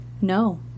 No